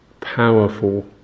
powerful